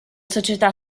società